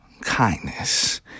kindness